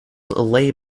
lay